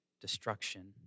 destruction